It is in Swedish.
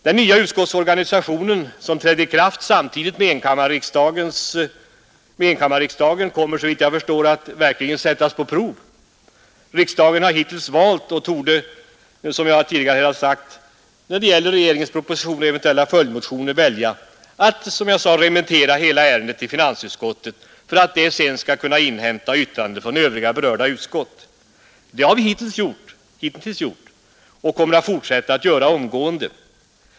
Den nya utskottsorganisation som trädde i kraft samtidigt med enkammarriksdagen kommer, såvitt jag förstår, att verkligen sättas på prov. Riksdagen har hittills valt och torde, som jag tidigare har sagt, även när det gäller regeringens proposition och eventuella följdmotioner välja att remittera hela ärendet till finansutskottet för att detta sedan skall inhämta yttrande från övriga berörda utskott. Så har vi hittills gjort, och så kommer vi att fortsätta att göra.